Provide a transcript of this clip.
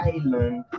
Island